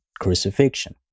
crucifixion